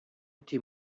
été